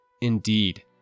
Indeed